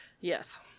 yes